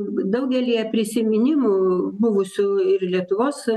daugelyje prisiminimų buvusių ir lietuvos